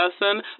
person